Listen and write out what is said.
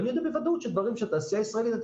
אני יודע בוודאות שדברים שהתעשייה הישראלית הייתה